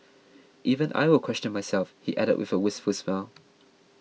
even I will question myself he added with a wistful smile